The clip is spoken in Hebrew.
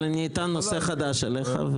אבל אטען נושא חדש עליך,